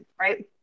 Right